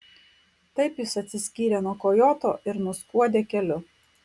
taip jis atsiskyrė nuo kojoto ir nuskuodė keliu